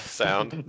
sound